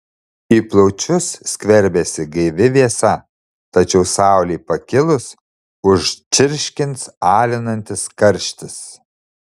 į plaučius skverbiasi gaivi vėsa tačiau saulei pakilus užčirškins alinantis karštis